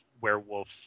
werewolf